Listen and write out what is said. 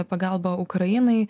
pagalbą ukrainai